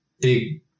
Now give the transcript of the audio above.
big